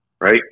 Right